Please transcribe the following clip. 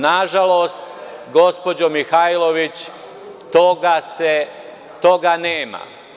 Nažalost, gospođo Mihajlović, toga nema.